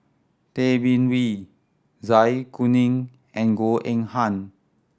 Tay Bin Wee Zai Kuning and Goh Eng Han